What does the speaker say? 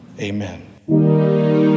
Amen